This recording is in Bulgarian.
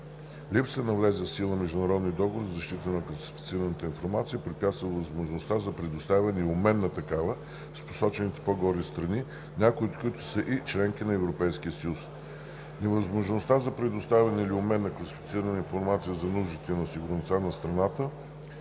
Липсата на влезли в сила международни договори за защита на класифицираната информация препятства възможността за предоставяне и обмен на такава с посочените по-горе страни, някои от които са и членки на Европейския съюз. Невъзможността за предоставяне или обмен на класифицирана информация за нуждите на сигурността на страната